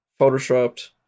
photoshopped